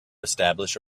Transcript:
establish